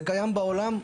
זה קיים בעולם.